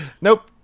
Nope